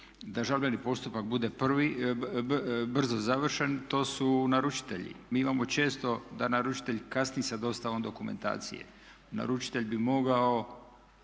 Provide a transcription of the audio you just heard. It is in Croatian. da žalbeni postupak bude brzo završen to su naručitelji. Mi imamo često da naručite kasni sa dostavom dokumentacije. Naručite bi mogao